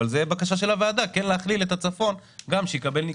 אבל זה בקשה של הוועדה כן להכליל את הצפון גם שיקבל ניקוד.